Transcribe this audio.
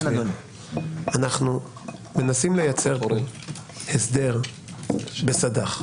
אנו מנסים לייצר פה הסדר בסד"ח.